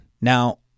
Now